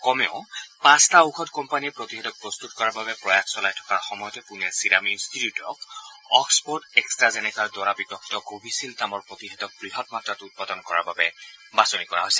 কমেও পাঁচটা ঔষধ কোম্পানীয়ে প্ৰতিষেধক প্ৰস্তুত কৰাৰ বাবে প্ৰয়াস চলাই থকাৰ সময়তে পুণেৰ ছিৰাম ইনষ্টিটিউটক অক্সফৰ্ড এক্সট্টা জেনেকাৰ দ্বাৰা বিকশিত কোৱিডছীল্ড নামৰ প্ৰতিষেধক বৃহৎ মাত্ৰাত উৎপাদন কৰাৰ বাবে বাচনি কৰা হৈছে